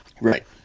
Right